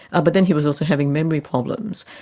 ah but then he was also having memory problems.